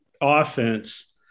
offense